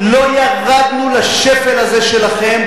לא ירדנו לשפל הזה שלכם.